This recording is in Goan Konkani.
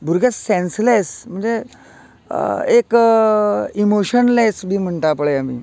भुरगे सेन्सलेस म्हणजे एक इमोशनलेस म्हणटा पळय आमी